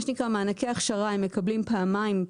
מה שנקרא מענקי הכשרה הם מקבלים פעמיים,